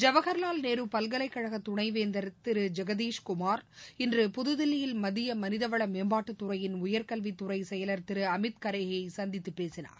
ஜவஹர்லால் நேருபல்கலைக்கழகதுணைவேந்தர் திருஜெகதீஷ் குமார் இன்று புதுதில்லியில் மத்தியமனிதவளமேம்பாட்டுத்துறையின் உயர்கல்வித் துறைசெயலர் திருஅமித் கரே யைசந்தித்துப் பேசினார்